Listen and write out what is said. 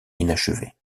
inachevée